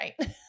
right